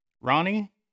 Ronnie